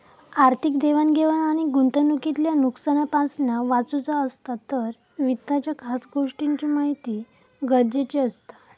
आर्थिक देवाण घेवाण आणि गुंतवणूकीतल्या नुकसानापासना वाचुचा असात तर वित्ताच्या खास गोष्टींची महिती गरजेची असता